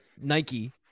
Nike